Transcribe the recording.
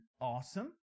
awesome